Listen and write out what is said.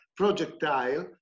projectile